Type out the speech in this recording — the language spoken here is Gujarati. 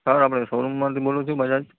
હા આપણે શોરૂમમાંથી બોલો છો બજાજ